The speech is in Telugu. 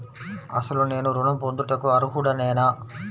అసలు నేను ఋణం పొందుటకు అర్హుడనేన?